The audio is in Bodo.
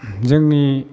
जोंनि